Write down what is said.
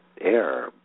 air